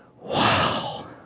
wow